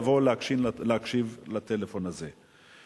לבוא להקשיב לטלפון הזה.